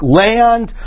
land